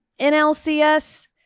NLCS